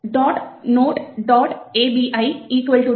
note